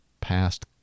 past